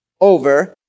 over